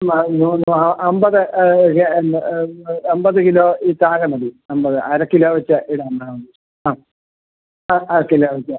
അമ്പത് അമ്പത് കിലോ ഈ താഴെ മതി അമ്പത് അരക്കിലോ വച്ച് ഇടണം എന്നാൽ ആ അരക്കിലോ വെച്ച്